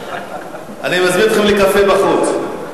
אני מזמין אתכם לקפה בחוץ.